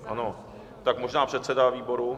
Ano, tak možná předseda výboru.